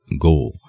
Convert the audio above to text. go